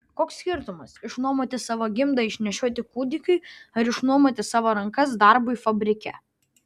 koks skirtumas išnuomoti savo gimdą išnešioti kūdikiui ar išnuomoti savo rankas darbui fabrike